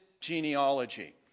genealogy